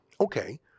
Okay